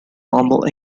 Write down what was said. normal